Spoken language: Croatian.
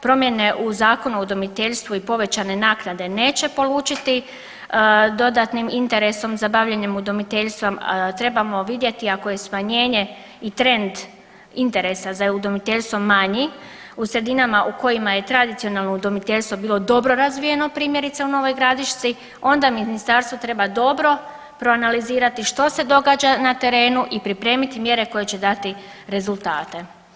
Promjene u Zakonu o udomiteljstvu i povećane naknade neće polučiti dodatnim interesom za bavljenje udomiteljstvom, trebamo vidjeti ako je smanjenje i trend interesa za udomiteljstvo manji u sredinama u kojima je tradicionalno udomiteljstvo bilo dobro razvijeno, primjerice, u Novoj Gradišci, onda Ministarstvo treba dobro proanalizirati što se događa na terenu i pripremiti mjere koje će dati rezultate.